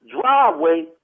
driveway